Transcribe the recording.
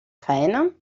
faena